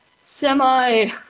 semi